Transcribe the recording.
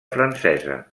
francesa